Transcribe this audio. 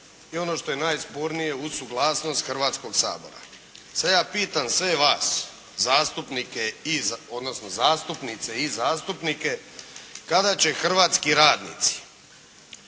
i ono što je najspornije uz suglasnost Hrvatskog sabora. Sad ja pitam sve vas zastupnike, odnosno zastupnice i zastupnike kada će hrvatski radnici